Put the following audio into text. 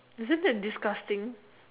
isn't that disgusting